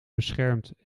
beschermd